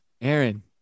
aaron